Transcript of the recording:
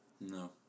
No